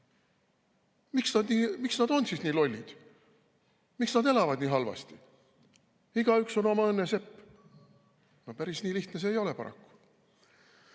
Miks nad on siis nii lollid? Miks nad elavad nii halvasti? Igaüks on oma õnne sepp. No päris nii lihtne see paraku